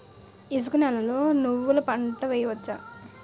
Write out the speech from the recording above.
ఇసుక నేలలో నువ్వుల పంట వేయవచ్చా?